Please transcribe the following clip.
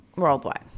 Worldwide